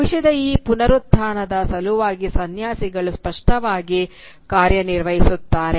ಭವಿಷ್ಯದ ಈ ಪುನರುತ್ಥಾನದ ಸಲುವಾಗಿ ಸನ್ಯಾಸಿಗಳು ಸ್ಪಷ್ಟವಾಗಿ ಕಾರ್ಯನಿರ್ವಹಿಸುತ್ತಿದ್ದಾರೆ